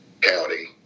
County